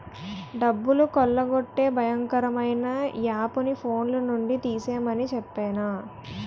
డబ్బులు కొల్లగొట్టే భయంకరమైన యాపుని ఫోన్లో నుండి తీసిమని చెప్పేనా